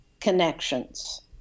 connections